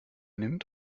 nimmt